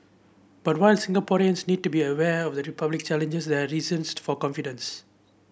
but while Singaporeans need to be aware of the republic challenges they are reasons for confidence